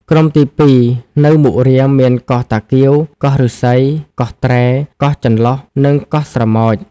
ក្រុមទីពីរ នៅមុខរាម មានកោះតា កៀវ កោះឫស្សី កោះត្រែ កោះចន្លុះ និងកោះស្រមោច។